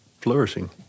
flourishing